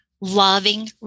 loving